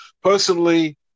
Personally